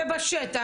בשטח,